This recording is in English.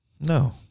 No